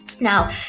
Now